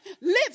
Live